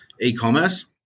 e-commerce